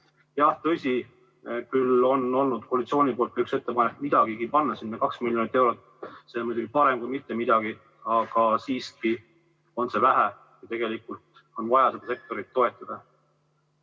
Jah, tõsi, on olnud koalitsiooni poolt ettepanek midagigi sinna panna, 2 miljonit eurot. See on muidugi parem kui mitte midagi, aga siiski on seda vähe, tegelikult on vaja seda sektorit toetada.